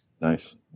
Nice